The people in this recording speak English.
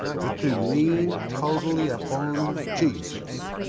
but to lean totally upon jesus,